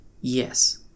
Yes